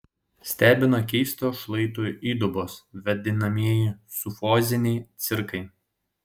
stebino keistos šlaito įdubos vadinamieji sufoziniai cirkai